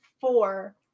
four